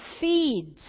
feeds